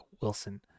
Wilson